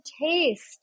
taste